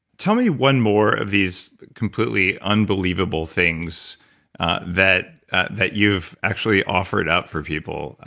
tell me one more of these completely unbelievable things that that you've actually offered up for people.